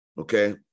okay